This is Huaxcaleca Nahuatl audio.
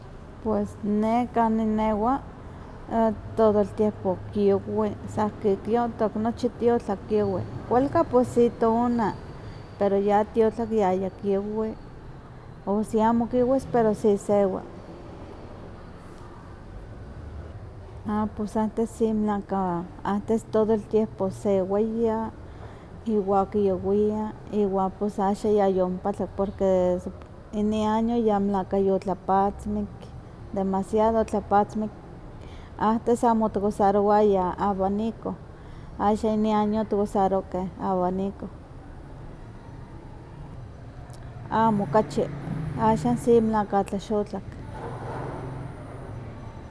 Pues ne kanin newa todo el tiempo kiuwi san kikiowtok nochi tiotlak kiuwi, kualka pues si tona, pero ya tiotlak yaya kiuwi, o si amo kiuwis pero si sewa, a pues antes si melahka antes todo el tiempo sewaya, iwa kiawia, iwa pues axa yayomopatlak, porque ini año ya melahka yotlapatzmik, demasiado otlapatzmik, amtes amo otikusarowayah abanico, axa inin año otikusarohkeh abanico. Amo okachi, axan sí melahka otlaxotlak.